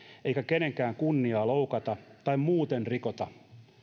eikä kenenkään kunniaa loukata tai muuten rikota